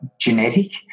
genetic